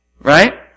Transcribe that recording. right